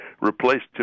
replaced